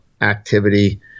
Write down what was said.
activity